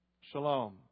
Shalom